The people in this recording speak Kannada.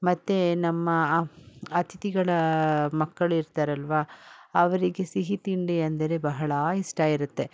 ಮತ್ತೆ ನಮ್ಮ ಅತಿಥಿಗಳ ಮಕ್ಕಳಿರ್ತಾರಲ್ವ ಅವರಿಗೆ ಸಿಹಿ ತಿಂಡಿ ಅಂದರೆ ಬಹಳ ಇಷ್ಟ ಇರುತ್ತೆ